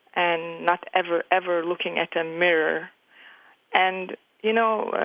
and not ever, ever looking at a mirror and you know,